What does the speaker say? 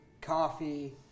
coffee